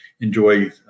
enjoy